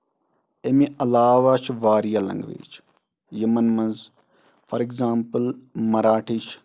اَمہِ علاوہ چھِ واریاہ لینگویج یِمن منٛز فار اٮ۪گزامپٕل مَراٹھی چھ